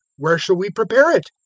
where shall we prepare it?